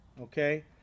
okay